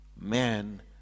Man